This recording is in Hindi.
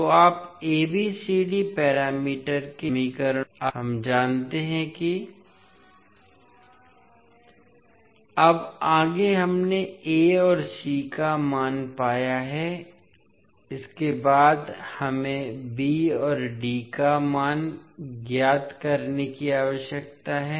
तो आप ABCD पैरामीटर के समीकरणों की मदद से अब क्या लिख सकते हैं हम जानते हैं कि अब आगे हमने A और C का मान पाया है इसके बाद हमें B और D का मान ज्ञात करने की आवश्यकता है